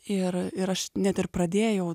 ir ir aš net ir pradėjau